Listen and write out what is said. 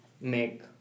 make